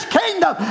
kingdom